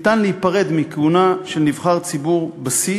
אפשר להיפרד מכהונה של נבחר ציבור בשיא,